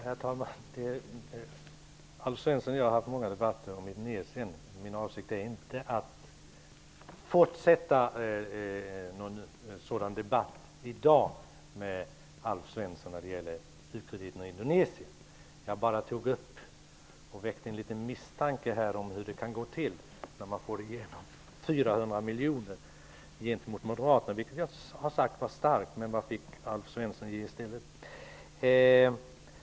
Herr talman! Alf Svensson och jag har haft många debatter om Indonesien. Min avsikt är inte att fortsätta debatten om u-krediterna till Indonesien med Alf Svensson i dag. Jag bara nämnde den misstanke om hur det kan ha gått till att få igenom 400 miljoner mot Moderaternas vilja som jag har. Jag har sagt att det var bra men vad fick Alf Svensson ge i stället?